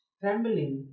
trembling